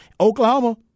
Oklahoma